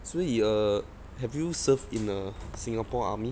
所以 err have you served in the singapore army